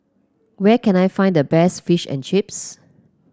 where can I find the best Fish and Chips